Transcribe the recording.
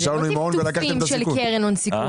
אז זה לא "טפטופים" של קרן הון סיכון.